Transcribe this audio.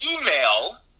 email